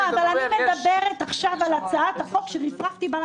אני מדברת עכשיו על הצעת החוק שרפרפתי בה,